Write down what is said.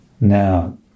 Now